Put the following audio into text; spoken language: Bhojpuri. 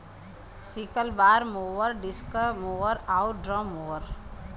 sickle bar mower, disc mower आउर ड्रम मोवर